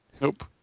Nope